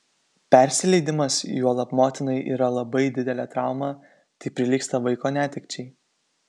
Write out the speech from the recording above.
persileidimas juolab motinai yra labai didelė trauma tai prilygsta vaiko netekčiai